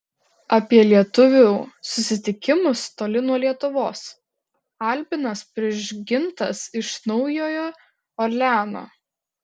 apie lietuvių susitikimus toli nuo lietuvos albinas prižgintas iš naujojo orleano